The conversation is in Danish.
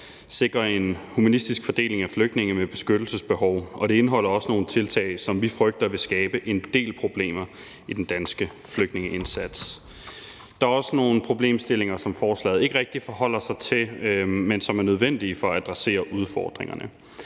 sikre en humanistisk fordeling af flygtninge med beskyttelsesbehov. Og det indeholder også nogle tiltag, som vi frygter vil skabe en del problemer i den danske flygtningeindsats. Der er også nogle problemstillinger, som forslaget ikke rigtig forholder sig til, men som er nødvendige for at adressere udfordringerne.